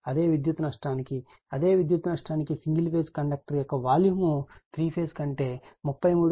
అదే విద్యుత్ నష్టానికి అదే విద్యుత్ నష్టానికి సింగిల్ ఫేజ్ కండక్టర్ యొక్క వాల్యూమ్ 3 ఫేజ్ కంటే 33